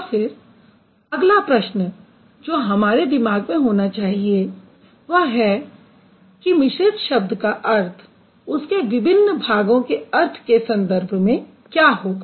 और फिर अगला प्रश्न जो हमारे दिमाग में होना चाहिए वह यह है कि मिश्रित शब्द का अर्थ उसके विभिन्न भागों के अर्थ के संदर्भ में क्या होगा